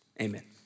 amen